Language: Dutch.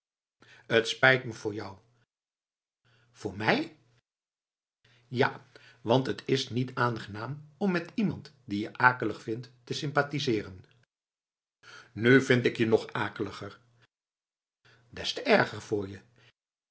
t spijt me voor jou voor mij ja want t is niet aangenaam om met iemand dien je akelig vindt te sympathiseeren nu vind ik je nog akeliger des te erger voor je